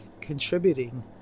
contributing